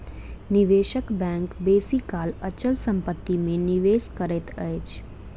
निवेशक बैंक बेसी काल अचल संपत्ति में निवेश करैत अछि